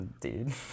Dude